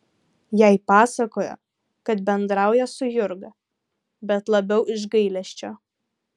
jai pasakojo kad bendrauja su jurga bet labiau iš gailesčio